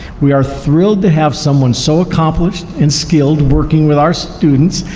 we are thrilled to have someone so accomplished and skilled working with our students,